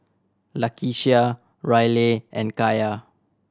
Lakeshia Raleigh and Kaia